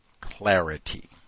clarity